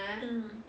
mm